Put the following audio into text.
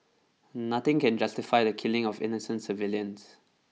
nothing can justify the killing of innocent civilians